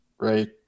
Right